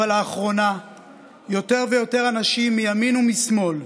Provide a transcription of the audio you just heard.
אבל לאחרונה יותר ויותר אנשים מימין ומשמאל,